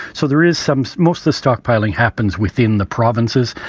so there is some most the stockpiling happens within the provinces,